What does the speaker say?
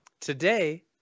Today